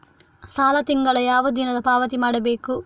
ಸಾಲ ತಿಂಗಳ ಯಾವ ದಿನ ಪಾವತಿ ಮಾಡಬೇಕು?